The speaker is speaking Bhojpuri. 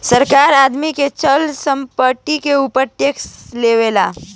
सरकार आदमी के चल संपत्ति के ऊपर टैक्स लेवेला